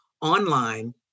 online